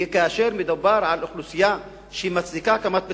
וכאשר מדובר על אוכלוסייה שמצדיקה הקמת בית-ספר,